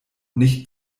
nicht